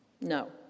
No